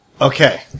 Okay